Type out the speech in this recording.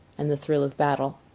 and the thrill of battle.